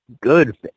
Good